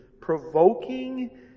provoking